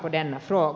jag citerar